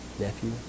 nephew